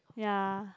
ya